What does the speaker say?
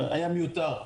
מיותר.